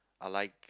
I like